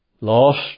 lost